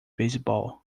beisebol